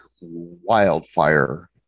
wildfire